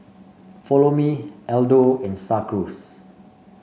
Follow Me Aldo and Star Cruise